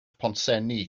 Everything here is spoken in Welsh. pontsenni